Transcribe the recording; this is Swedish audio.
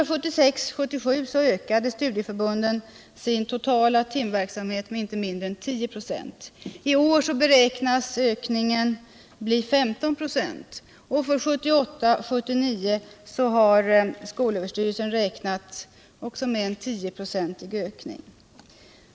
1976 79 har skolöversty 161 Om handikappades möjligheter till cirkelstudier relsen räknat med en 10-procentig ökning.